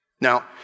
Now